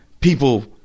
people